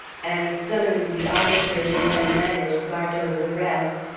and, summoning the officer who had managed bartow's arrest,